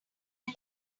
can